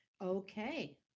Okay